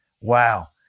Wow